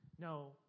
No